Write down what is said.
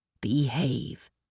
Behave